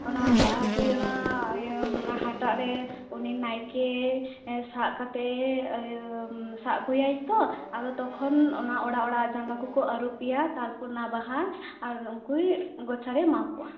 ᱚᱱᱟ ᱵᱟᱦᱟᱜᱮ ᱚᱱᱟ ᱤᱭᱟᱹ ᱦᱟᱴᱟᱜᱨᱮ ᱩᱱᱤ ᱱᱟᱭᱠᱮ ᱥᱟᱵ ᱠᱟᱛᱮ ᱥᱟᱵ ᱟᱹᱜᱩᱭᱟᱭ ᱛᱚ ᱟᱫᱚ ᱛᱚᱠᱷᱚᱱ ᱚᱱᱟ ᱚᱲᱟᱜ ᱟᱲᱟᱜ ᱡᱟᱝᱜᱟ ᱠᱚᱠᱚ ᱟᱹᱨᱩᱵᱮᱭᱟ ᱛᱟᱨᱯᱚᱨ ᱚᱱᱟ ᱵᱟᱦᱟ ᱟᱨ ᱩᱱᱠᱩᱭ ᱜᱚᱪᱷᱟᱨᱮ ᱮᱢᱟ ᱠᱚᱭᱟ